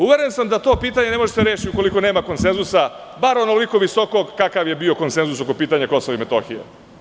Uveren sam da to pitanje ne može da se reši ukoliko nema konsenzusa, bar onoliko visokog kakav je bio konsenzus po pitanju KiM.